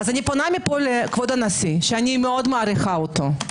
אני פונה מפה לכבוד הנשיא, שאני מאוד מעריכה אותו: